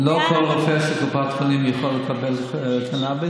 לא כל רופא של קופת חולים יכול לאשר קנביס,